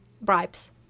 bribes